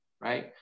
right